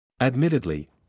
Admittedly